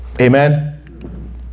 amen